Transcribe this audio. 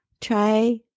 try